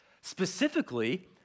specifically